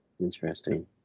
Interesting